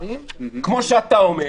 כמו שאתה אומר,